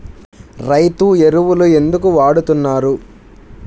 రైతు ఎరువులు ఎందుకు వాడుతున్నారు?